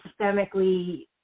systemically